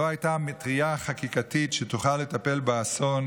לא הייתה מטריה חקיקתית שתוכל לטפל באסון